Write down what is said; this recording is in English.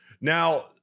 Now